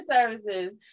services